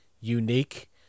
unique